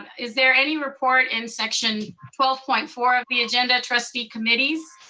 is there any report in section twelve point four of the agenda, trustee committees?